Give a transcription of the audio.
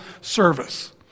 service